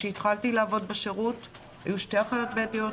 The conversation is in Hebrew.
כשהתחלתי לעבוד בשירות היו שתי אחיות בדואיות,